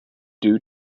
due